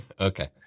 Okay